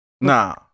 Nah